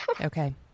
Okay